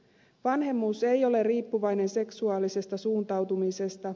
vanhemmuus ei ole riippuvainen seksuaalisesta suuntautumisesta